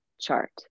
chart